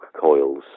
coils